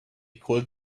called